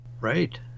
Right